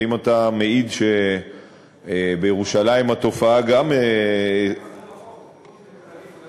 ואם אתה מעיד שבירושלים התופעה גם אולי הם עברו,